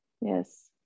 Yes